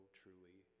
truly